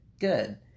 good